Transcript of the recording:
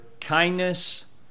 kindness